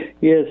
Yes